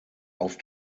auf